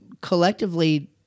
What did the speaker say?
collectively